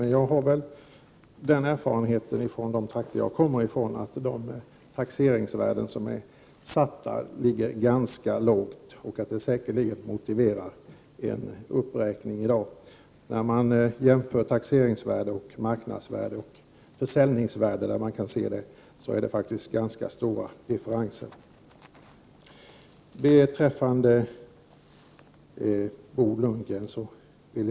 Men den erfarenhet som jag har från mina hemtrakter är att de fastställda taxeringsvärdena är ganska låga. Säkerligen är det motiverat med en uppräkning i dag. När det gäller taxeringsvärde, marknadsvärde och Prot. 1988/89:124 försäljningsvärde finns det faktiskt ganska stora differenser. 30 maj 1989 Sedan till Bo Lundgren.